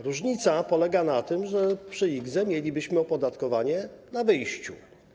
Różnica polega na tym, że przy IKZE mielibyśmy opodatkowanie na wyjściu.